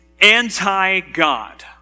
anti-God